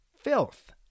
filth